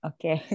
Okay